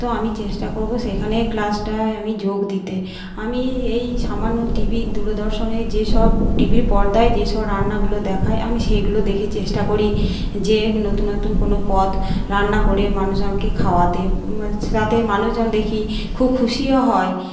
তো আমি চেষ্টা করবো সেখানে ক্লাসটায় আমি যোগ দিতে আমি এই সামান্য টিভি দূরদর্শনে যে সব টিভির পর্দায় যে সব রান্নাগুলো দেখায় আমি সেইগুলো দেখে চেষ্টা করি যে নতুন নতুন কোনো পদ রান্না করে মানুষজনকে খাওয়াতে তাতে মানুষজন দেখি খুব খুশিও হয়